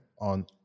on